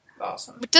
Awesome